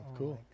cool